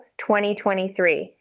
2023